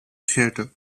theatre